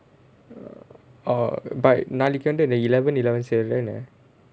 orh but நாளைக்கு வந்து:naalaikku vanthu the eleven eleven sale தானே:thaanae